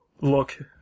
look